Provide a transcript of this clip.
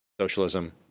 Socialism